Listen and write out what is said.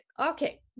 Okay